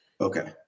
Okay